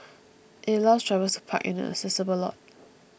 it allows drivers to park in an accessible lot